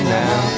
now